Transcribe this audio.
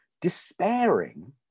despairing